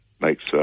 makes –